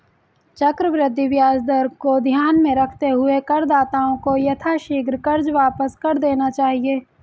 चक्रवृद्धि ब्याज दर को ध्यान में रखते हुए करदाताओं को यथाशीघ्र कर्ज वापस कर देना चाहिए